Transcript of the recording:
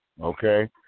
Okay